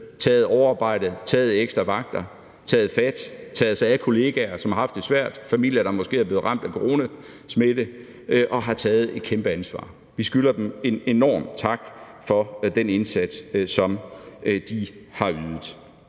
taget overarbejde, taget ekstra vagter, taget fat og taget sig af kollegaer, der har haft det svært, og af familier, der måske har været ramt af corona, og har taget et kæmpe ansvar. Vi skylder dem en enorm tak for den indsats, som de har ydet.